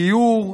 גיור,